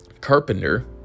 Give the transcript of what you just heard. carpenter